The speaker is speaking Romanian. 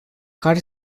care